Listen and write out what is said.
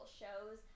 shows